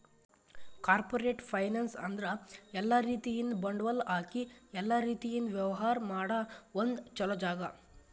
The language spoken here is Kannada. ಕಾರ್ಪೋರೇಟ್ ಫೈನಾನ್ಸ್ ಅಂದ್ರ ಎಲ್ಲಾ ರೀತಿಯಿಂದ್ ಬಂಡವಾಳ್ ಹಾಕಿ ಎಲ್ಲಾ ರೀತಿಯಿಂದ್ ವ್ಯವಹಾರ್ ಮಾಡ ಒಂದ್ ಚೊಲೋ ಜಾಗ